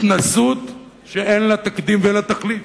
התנשאות שאין לה תקדים, ואין לה תחליף,